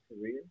career